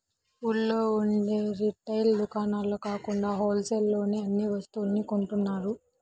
ఊళ్ళో ఉండే రిటైల్ దుకాణాల్లో కాకుండా హోల్ సేల్ లోనే అన్ని వస్తువుల్ని కొంటున్నారు